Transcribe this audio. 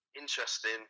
Interesting